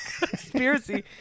Conspiracy